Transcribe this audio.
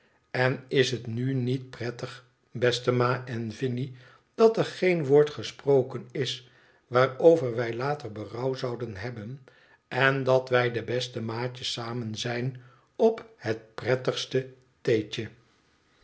én is het nu niet prettig beste ma en vinie dat er geen woord gesproken is waarover wij later berouw zouden hebben en dat wij de beste maatjes samen zijn op het prettigste theetje